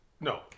No